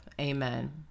amen